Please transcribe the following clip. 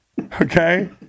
Okay